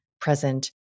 present